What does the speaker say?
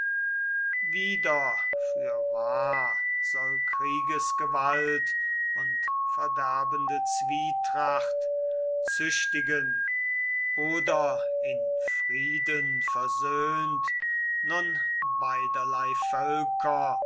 wieder fürwahr soll kriegesgewalt und verderbende zwietracht züchtigen oder in frieden versöhnt nun beiderlei völker